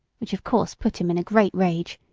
which of course put him in a great rage,